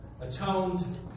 atoned